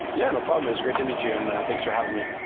yeah, no problem. it's great to meet you, and thanks for having me.